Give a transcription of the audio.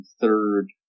third